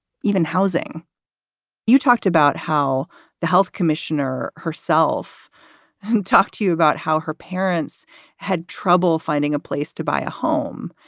even housing you talked about how the health commissioner herself talked to you about how her parents had trouble finding a place to buy a home,